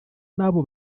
n’abo